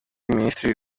minisitiri